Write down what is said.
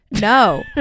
No